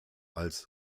als